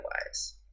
otherwise